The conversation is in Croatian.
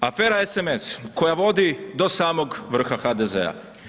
Afera SMS koja vodi do samog vrha HDZ-a.